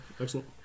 excellent